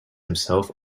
himself